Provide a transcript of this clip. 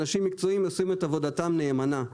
אנשים מקצועיים עושים את עבודתם נאמנה.